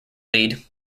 lead